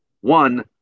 One